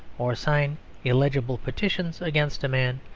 or sign illegible petitions against a man,